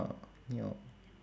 you know